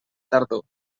tardor